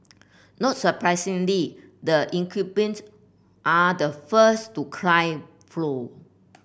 not surprisingly the incumbents are the first to cry foul